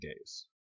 days